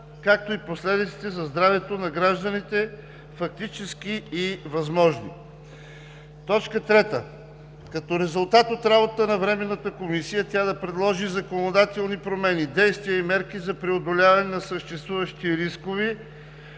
както и последиците за здравето на гражданите – фактически и възможни. 3. Като резултат от работата на Временната комисия тя да предложи законодателни промени, действия и мерки за преодоляване на съществуващите рискове